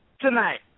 tonight